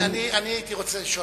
אני הייתי רוצה לשאול: